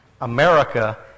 America